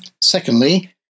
secondly